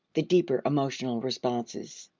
the deeper emotional responses.